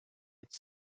its